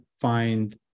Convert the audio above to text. find